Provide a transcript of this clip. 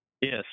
Yes